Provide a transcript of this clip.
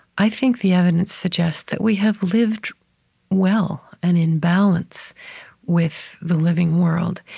i think the evidence suggests that we have lived well and in balance with the living world.